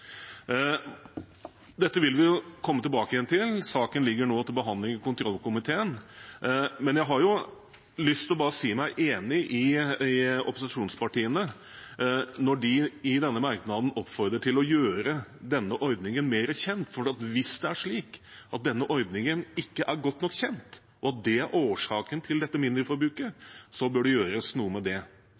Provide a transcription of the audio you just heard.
Dette vil vi komme tilbake til. Saken ligger nå til behandling i kontrollkomiteen. Jeg har bare lyst til å si meg enig med opposisjonspartiene når de i denne merknaden oppfordrer til å gjøre den ordningen mer kjent, for hvis det er slik at ordningen ikke er godt nok kjent, og at det er årsaken til dette mindreforbruket, bør det gjøres noe med det.